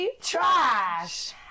Trash